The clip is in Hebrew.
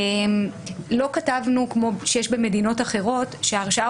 לא כתבנו כמו שיש במדינות אחרות שההרשעה